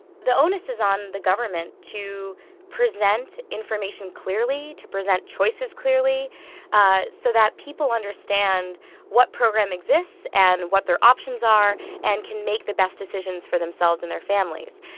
the onus is on the government to present information clearly, to present choices clearly ah so that people understand what program exists and what their options are and can make the best decisions for themselves and their families.